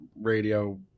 radio